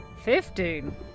Fifteen